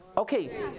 Okay